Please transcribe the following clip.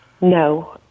No